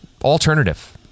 alternative